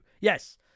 Yes